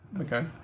Okay